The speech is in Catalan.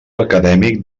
acadèmic